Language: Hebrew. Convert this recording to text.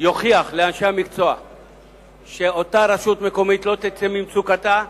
יוכיח לאנשי המקצוע שאותה רשות מקומית לא תצא ממצוקתה,